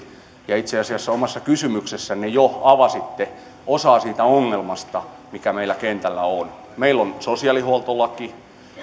ja itse asiassa omassa kysymyksessänne jo avasitte osaa siitä ongelmasta mikä meillä kentällä on meillä on sosiaalihuoltolaki meillä